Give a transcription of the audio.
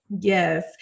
Yes